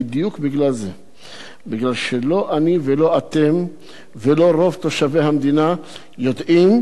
מפני שלא אני ולא אתם ולא רוב תושבי המדינה יודעים מה זה פרויקט שח"ף,